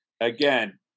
Again